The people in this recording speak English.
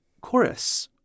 chorus